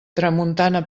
tramuntana